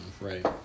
right